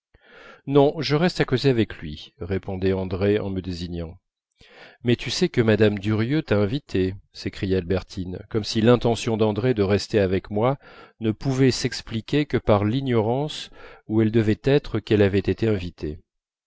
non je reste à causer avec lui répondait andrée en me désignant mais tu sais que madame durieux t'a invitée s'écriait albertine comme si l'intention d'andrée de rester avec moi ne pouvait s'expliquer que par l'ignorance où elle devait être qu'elle avait été invitée